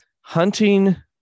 hunting